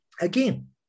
again